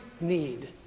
need